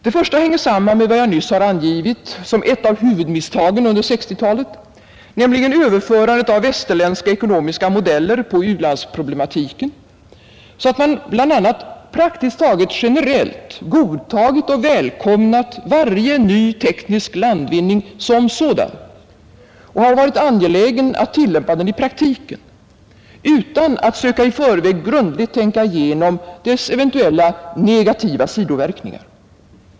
Det första hänger samman med vad jag nyss har angivit som ett av huvudmisstagen under 1960-talet, nämligen överförandet av västerländska ekonomiska modeller på u-landsproblematiken, så att man bl.a. praktiskt taget generellt godtagit och välkomnat varje ny teknisk landvinning som sådan och har varit angelägen att tillämpa den i praktiken, utan att söka i förväg grundligt tänka igenom dess eventuella negativa sidoverkningar.